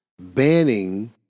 banning